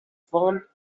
formed